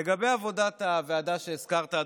לגבי עבודת הוועדה שהזכרת,